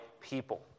people